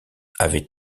avait